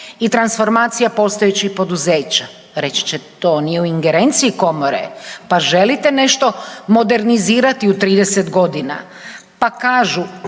i transformacija postojećih poduzeća. Reći ćete to nije u ingerenciji komore, pa želite nešto modernizirati u 30 godina. Pa kažu